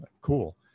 Cool